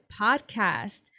podcast